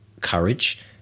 courage